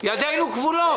ידינו כבולות.